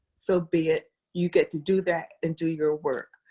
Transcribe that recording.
so be it, you get to do that and do your work.